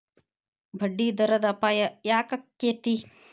ಬಡ್ಡಿದರದ್ ಅಪಾಯ ಯಾಕಾಕ್ಕೇತಿ?